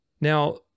Now